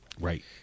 Right